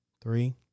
Three